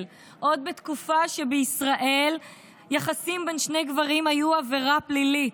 עוד בתקופה שבישראל יחסים בין שני גברים היו עבירה פלילית,